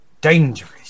dangerous